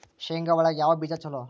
ಶೇಂಗಾ ಒಳಗ ಯಾವ ಬೇಜ ಛಲೋ?